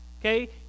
Okay